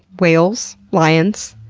whales. lions.